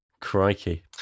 Crikey